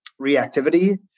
reactivity